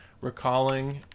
recalling